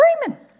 screaming